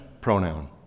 pronoun